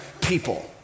people